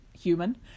human